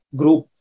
group